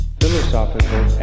philosophical